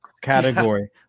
category